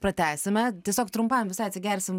pratęsime tiesiog trumpam visai atsigersim